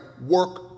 work